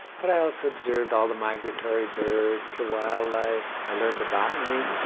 but i also observed all the migratory birds, the wildlife. i learned the botany.